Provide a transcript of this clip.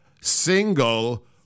single